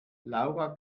laura